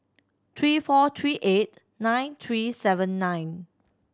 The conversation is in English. three four three eight nine three seven nine